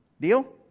Deal